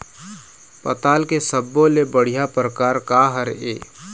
पताल के सब्बो ले बढ़िया परकार काहर ए?